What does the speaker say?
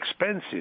expensive